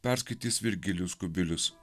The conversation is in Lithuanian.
perskaitys virgilijus kubilius